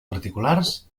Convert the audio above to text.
particulars